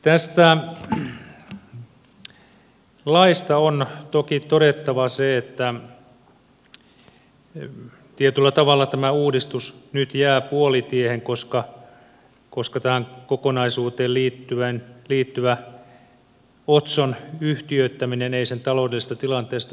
tästä laista on toki todettava se että tietyllä tavalla tämä uudistus nyt jää puolitiehen koska tähän kokonaisuuteen liittyvä otson yhtiöittäminen ei sen taloudellisesta tilanteesta johtuen ollut mahdollista